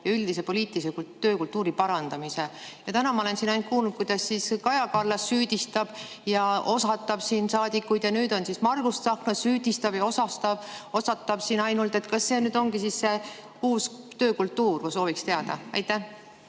ja üldise poliitilise töökultuuri parandamise. Täna ma olen siin ainult kuulnud, kuidas Kaja Kallas süüdistab ja osatab siin saadikuid ja nüüd on siis Margus Tsahkna süüdistav ja osatav, osatab siin ainult. Kas see nüüd ongi see uus töökultuur? Ma sooviks teada. Ma